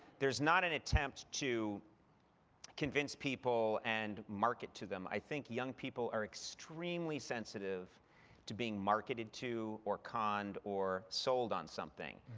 there's not an attempt to convince people and market to them. i think young people are extremely sensitive to being marketed to, or conned, or sold on something.